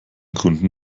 gründen